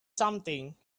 something